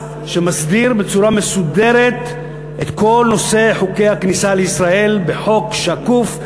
שמסדיר בצורה מסודרת את כל נושא הכניסה לישראל בחוק שקוף.